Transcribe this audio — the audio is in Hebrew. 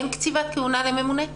אין קציבת כהונה לממונה?